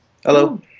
Hello